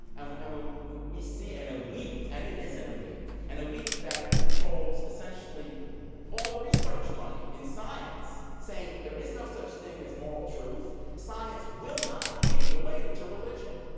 and and when we see an elite and it is an elite an elite that controls essentially all the research money in science, saying, there is no such thing as moral truth science will not be related to religion.